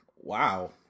Wow